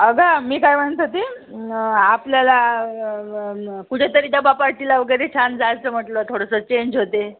अगं मी काय म्हणत होती न आपल्याला म म कुठेतरी डबापार्टीला वगैरे छान जायचं म्हटलं थोडंसं चेंज होते